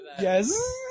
Yes